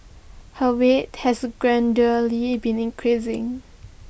her weight has been increasing